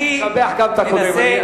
תשבח גם את הקודם,